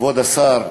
כבוד השר,